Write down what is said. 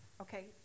Okay